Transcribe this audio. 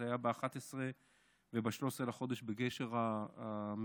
זה היה ב-11 וב-13 לחודש בגשר המיתרים.